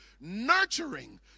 nurturing